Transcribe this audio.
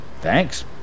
Thanks